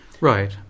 Right